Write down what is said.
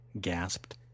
gasped